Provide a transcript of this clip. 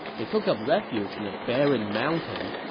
they took up refuge in a barren mountain,